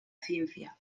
ciencia